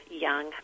young